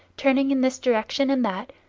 turning in this direction and that,